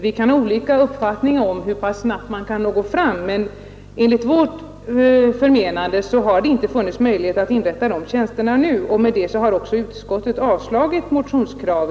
Vi kan ha olika uppfattningar om hur snabbt man bör gå fram, men enligt vårt förmenande har det inte förelegat någon möjlighet att inrätta dessa tjänster nu, och därför har utskottet avstyrkt motion 265.